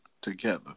together